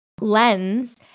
lens